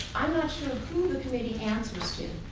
i'm not sure who the committee answers to.